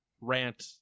rant